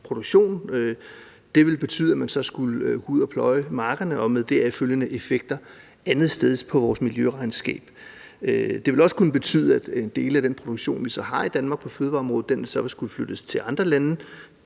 produktion. Det ville betyde, at man så skulle gå ud og pløje markerne med de deraf følgende effekter andetsteds på vores miljøregnskab. Det ville også kunne betyde, at en del af den produktion på fødevareområdet, vi har i Danmark, ville skulle flyttes til andre lande